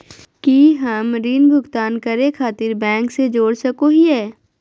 की हम ऋण भुगतान करे खातिर बैंक से जोड़ सको हियै?